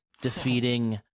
defeating